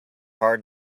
hard